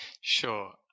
Sure